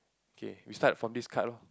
okay we start from this card lor